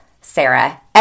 Sarah